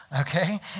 Okay